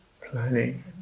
planning